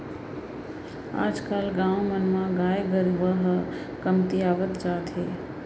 आज कल गाँव मन म गाय गरूवा ह कमतियावत जात हे